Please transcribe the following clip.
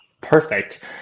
Perfect